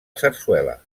sarsuela